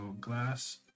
glass